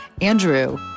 Andrew